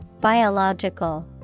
Biological